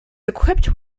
equipped